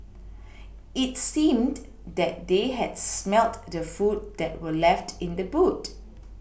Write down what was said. it seemed that they had smelt the food that were left in the boot